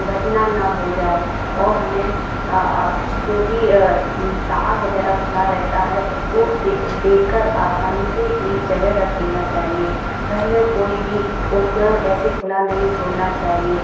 घटना ना हो जाए और हमें जो भी तार वग़ैरह खुला रहता है उसको दे देख कर आसानी से एक जगह रख देना चाहिए घर में कोई भी उपकरण ऐसे खुला नहीं छोड़ना चाहिए